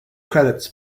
credits